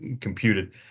computed